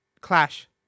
clash